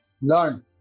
Learn